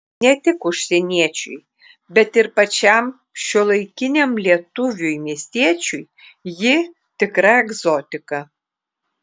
ne tik užsieniečiui bet ir pačiam šiuolaikiniam lietuviui miestiečiui ji tikra egzotika